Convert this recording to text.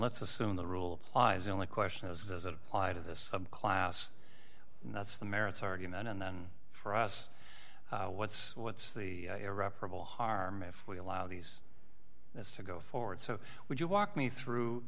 let's assume the rule applies only question as applied to this class and that's the merits argument and then for us what's what's the irreparable harm if we allow these this to go forward so would you walk me through